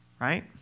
right